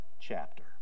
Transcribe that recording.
chapter